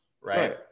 right